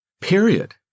Period